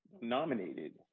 nominated